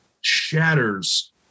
shatters